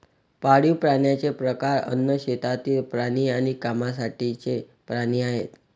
पाळीव प्राण्यांचे प्रकार अन्न, शेतातील प्राणी आणि कामासाठीचे प्राणी आहेत